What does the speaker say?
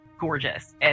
gorgeous